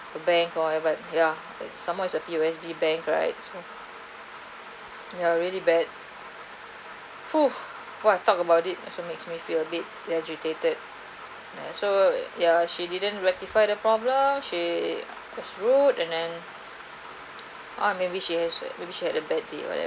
the bank or whatever yeah some more is a P_O_S_B bank right yeah really bad !fuh! while I talked about it also makes me feel a bit agitated yeah so ya she didn't rectify the problem she was rude and then or maybe she has maybe she has a bad day